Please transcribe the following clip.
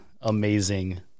amazing